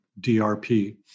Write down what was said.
DRP